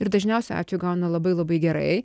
ir dažniausiu atveju gaunu labai labai gerai